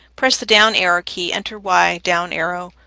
press the down arrow key, enter y, down arrow,